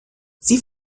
sie